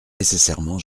nécessairement